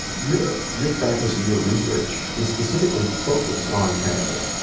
your your practice and your research is specifically focused on cannabis.